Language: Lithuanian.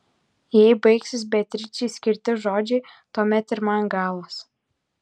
jei baigsis beatričei skirti žodžiai tuomet ir man galas